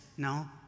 No